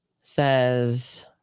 says